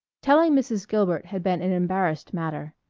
telling mrs. gilbert had been an embarrassed matter.